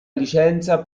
licenza